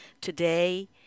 today